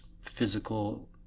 physical